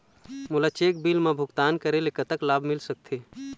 मोला cheque bill मा भुगतान करेले कतक लाभ मिल सकथे?